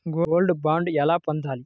Gold bond ఎలా పొందాలి?